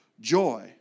joy